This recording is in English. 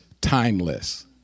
timeless